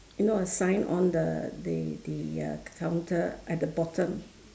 you know a sign on the the the uh counter at the bottom